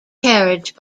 carriage